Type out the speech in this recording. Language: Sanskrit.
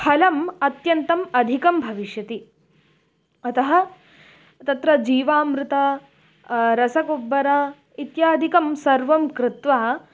फलम् अत्यन्तम् अधिकं भविष्यति अतः तत्र जीवामृत रसगोब्बर इत्यादिकं सर्वं कृत्वा